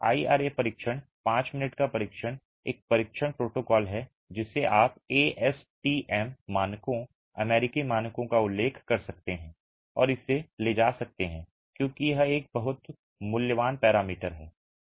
IRA परीक्षण 5 minute का परीक्षण एक परीक्षण प्रोटोकॉल है जिसे आप एएसटीएम मानकों अमेरिकी मानकों का उल्लेख कर सकते हैं और इसे ले जा सकते हैं क्योंकि यह एक बहुत मूल्यवान पैरामीटर है